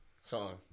song